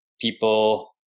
people